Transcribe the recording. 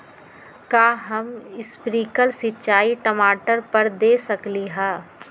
का हम स्प्रिंकल सिंचाई टमाटर पर दे सकली ह?